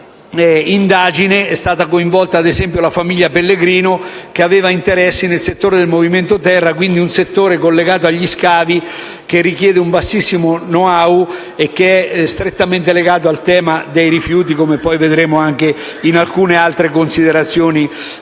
quella indagine è stata coinvolta, ad esempio, la famiglia Pellegrino, che aveva interessi nel settore del movimento terra, ovvero in un settore collegato agli scavi, che richiede un bassissimo *know-how* ed è strettamente legato al tema dei rifiuti, come dirò successivamente. Ad esempio